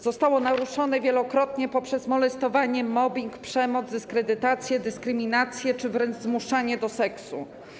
Zostało naruszone wielokrotnie poprzez molestowanie, mobbing, przemoc, dyskredytację, dyskryminację czy wręcz zmuszanie do seksu.